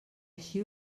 així